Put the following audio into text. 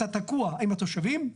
אתה תקוע עם התושבים,